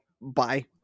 bye